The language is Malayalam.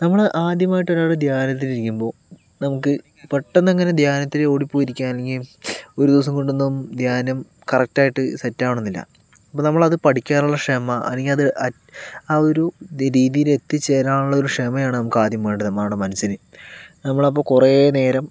നമ്മൾ ആദ്യമായിട്ടൊരാൾ ധ്യാനത്തിന് ഇരിക്കുമ്പോൾ നമുക്ക് പെട്ടെന്നങ്ങനെ ധ്യാനത്തിൽ ഓടി പോയിരിക്കാൻ അല്ലെങ്കിൽ ഒരു ദിവസം കൊണ്ടൊന്നും ധ്യാനം കറക്റ്റായിട്ട് സെറ്റാവണമെന്നില്ല അപ്പോൾ നമ്മളത് പഠിക്കാനുള്ള ക്ഷമ അല്ലെങ്കിൽ അത് ആ ഒരു രീതീയിൽ എത്തിച്ചേരാനുള്ള ഒരു ക്ഷമയാണ് നമുക്ക് ആദ്യം വേണ്ടത് നമ്മടെ മനസ്സിന് നമ്മളപ്പോൾ കുറേ നേരം